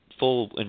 full